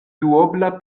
duobla